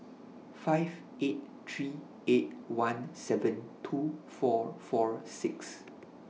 five eight three eight one seven two four four six